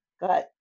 got